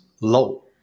low